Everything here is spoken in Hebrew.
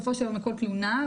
כל תלונה,